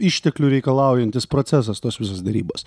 išteklių reikalaujantis procesas tos visos derybos